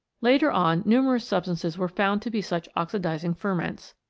later on numerous substances were found to be such oxidising ferments.